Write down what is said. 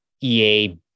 EA